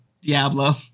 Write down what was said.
Diablo